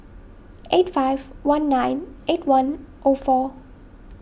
eight five one nine eight one O four